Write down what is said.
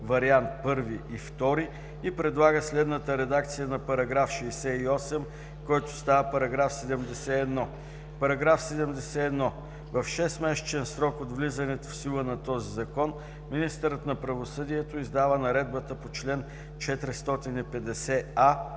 вариант I и II и предлага следната редакция на § 68, който става § 71: „§ 71. В 6-месечен срок от влизането в сила на този закон министърът на правосъдието издава наредбата по чл. 450а,